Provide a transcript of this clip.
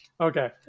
Okay